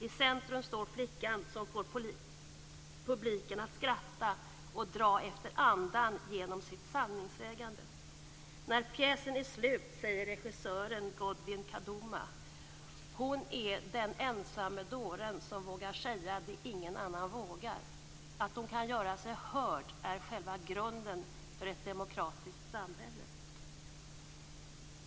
I centrum står flickan som får publiken att skratta och dra efter andan genom sitt sanningssägande. När pjäsen är slut säger regissören Godwin Kaduma: "Hon är den ensamme dåren som vågar säga det ingen annan vågar. Att hon kan göra sig hörd är själva grunden för ett demokratiskt samhälle."